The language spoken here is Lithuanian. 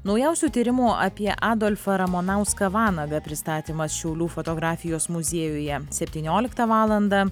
naujausių tyrimų apie adolfą ramonauską vanagą pristatymas šiaulių fotografijos muziejuje septynioliktą valandą